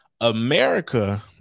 America